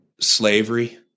slavery